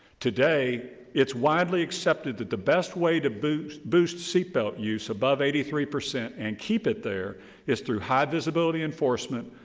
today, it's widely accepted that the best way to boost boost seat belt use above eighty three percent and keep it there is through high visibility enforcement,